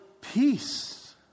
peace